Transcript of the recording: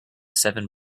seven